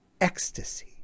ecstasy